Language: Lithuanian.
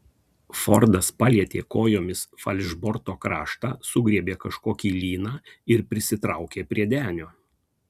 fordas palietė kojomis falšborto kraštą sugriebė kažkokį lyną ir prisitraukė prie denio